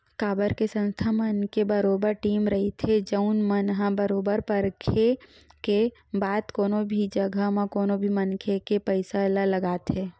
काबर के संस्था मन के बरोबर टीम रहिथे जउन मन ह बरोबर परखे के बाद कोनो भी जघा म कोनो भी मनखे के पइसा ल लगाथे